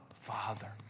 Father